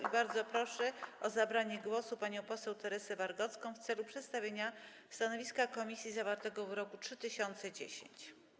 I bardzo proszę o zabranie głosu panią poseł Teresę Wargocką w celu przedstawienia stanowiska komisji zawartego w druku nr 3010.